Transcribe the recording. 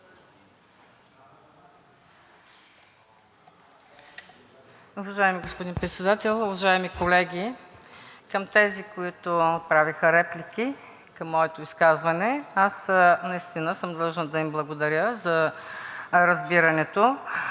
Уважаеми господин Председател, уважаеми колеги! Към тези, които отправиха реплики към моето изказване, аз наистина съм длъжна да им благодаря за разбирането.